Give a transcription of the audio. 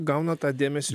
gauna tą dėmesį